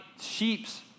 sheeps